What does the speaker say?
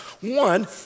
One